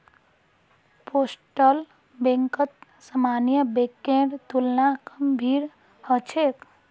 postal बैंकत सामान्य बैंकेर तुलना कम भीड़ ह छेक